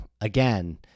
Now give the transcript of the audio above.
again